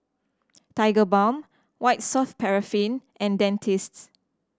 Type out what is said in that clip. Tigerbalm White Soft Paraffin and Dentiste